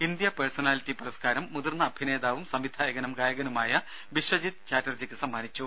Indian personality പുരസ്കാരം മുതിർന്ന അഭിനേതാവും സംവിധായകനും ഗായകനുമായ ബിശ്വജിത് ചാറ്റർജിക്ക് സമ്മാനിച്ചു